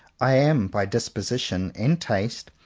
i am, by disposition and taste,